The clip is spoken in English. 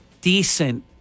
decent